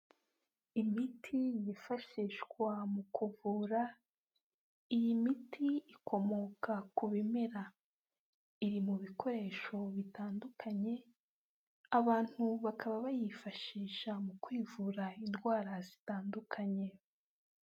Imiti yifashishwa mu kuvura, iyi miti ikomoka ku bimera, iri mu bikoresho bitandukanye, abantu bakaba bayifashisha mu kwivura indwara zitandukanye.